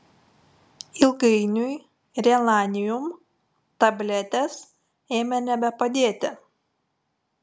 ilgainiui relanium tabletės ėmė nebepadėti